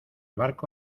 barco